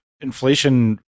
Inflation